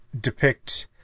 depict